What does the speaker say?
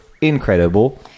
Incredible